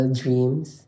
dreams